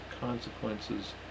consequences